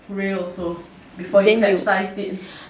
real also before you capsize it